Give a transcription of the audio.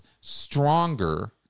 stronger